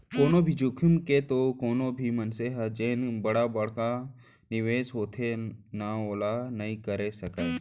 बिना जोखिम के तो कोनो भी मनसे ह जेन बड़का बड़का निवेस होथे ना ओला नइ करे सकय